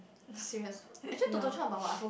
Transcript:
no